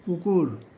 কুকুৰ